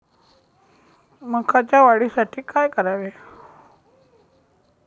मकाच्या वाढीसाठी काय करावे?